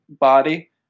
body